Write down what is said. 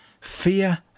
fear